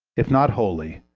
if not wholly,